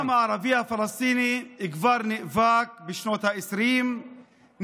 העם הערבי הפלסטיני כבר נאבק בשנות העשרים,